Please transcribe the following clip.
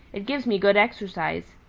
it gives me good exercise.